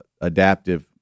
adaptive